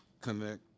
connect